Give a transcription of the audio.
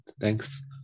Thanks